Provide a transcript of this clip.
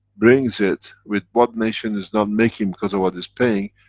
brings it with what nation is not making, because of what is paying,